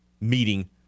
meeting